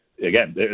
again